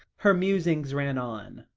her musings ran on.